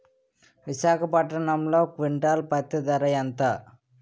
విశాఖపట్నంలో క్వింటాల్ పత్తి ధర ఎంత?